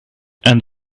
and